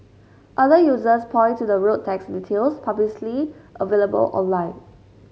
other users point to the road tax details publicly available online